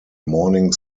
morning